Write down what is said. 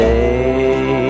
Day